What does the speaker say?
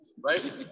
right